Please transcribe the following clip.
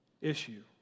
issue